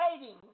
waiting